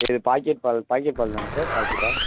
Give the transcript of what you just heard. எது பாக்கெட் பால் பாக்கெட் பால் தானே சார் பாக்கெட்டா